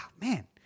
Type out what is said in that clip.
man